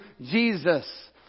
Jesus